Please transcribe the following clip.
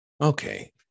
Okay